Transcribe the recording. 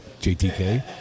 JTK